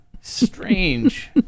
Strange